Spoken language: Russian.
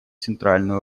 центральную